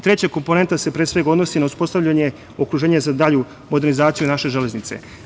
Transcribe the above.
Treća komponenta se pre svega odnosi na uspostavljanje okruženja za dalju modernizaciju naše železnice.